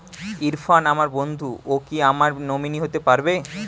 ইরফান আমার বন্ধু ও কি আমার নমিনি হতে পারবে?